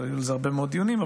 היו על זה הרבה מאוד דיונים,